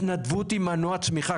התנדבות היא מנוע צמיחה.